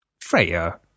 Freya